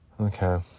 okay